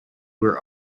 were